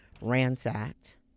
ransacked